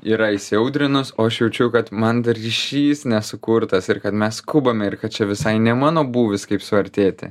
yra įsiaudrinus o aš jaučiu kad man dar ryšys nesukurtas ir kad mes skubame ir kad čia visai ne mano būvis kaip suartėti